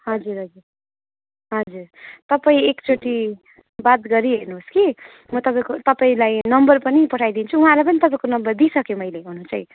हजुर हजुर हजुर तपाईँ एकचोटि बात गरिहेर्नुहोस् कि म तपाईँको तपाईँलाई नम्बर पनि पठाइदिन्छु उहाँलाई पनि तपाईँको नम्बर दिइसकेँ मैले हुनु चाहिँ